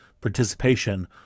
participation